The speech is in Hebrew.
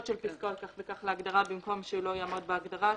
של פסקאות כך וכך להגדרה במקום שלא יעמוד בהגדרה.